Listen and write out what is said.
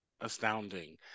astounding